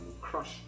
crush